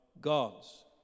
God's